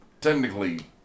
technically